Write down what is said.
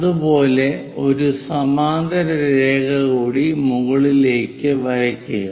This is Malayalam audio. അതുപോലെ ഒരു സമാന്തര രേഖ കൂടി മുകളിലേക്ക് വരയ്ക്കുക